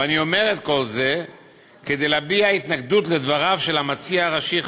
ואני אומר את כל זה כדי להביע התנגדות לדבריו של המציע הראשי,